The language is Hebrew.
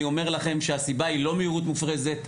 אני אומר לכם שהסיבה היא לא מהירות מופרזת,